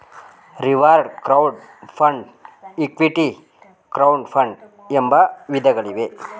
reward crowd fund, equity crowd fund ಎಂಬ ವಿಧಗಳಿವೆ